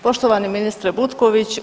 Poštovani ministre Butković.